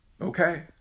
Okay